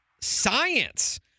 science